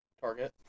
Target